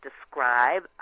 describe